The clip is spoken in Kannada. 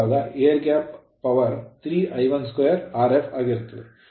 air gap power ಗಾಳಿಯ ಅಂತರದಾದ್ಯಂತ ವಿದ್ಯುತ್ 3 I1 2 Rf ಆಗಿರುತ್ತದೆ